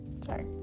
Sorry